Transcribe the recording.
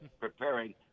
preparing